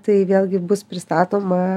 tai vėlgi bus pristatoma